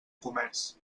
comerç